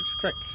correct